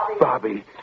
Bobby